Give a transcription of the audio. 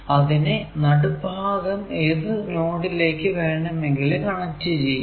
അതിനെ നടുഭാഗം ഏതു നോഡിലേക്കു വേണമെങ്കിലും കണക്ട് ചെയ്യാം